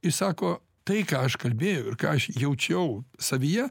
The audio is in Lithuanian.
ir sako tai ką aš kalbėjau ir ką aš jaučiau savyje